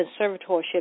conservatorship